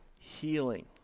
healing